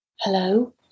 Hello